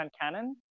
canon